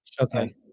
Okay